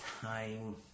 time